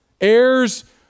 Heirs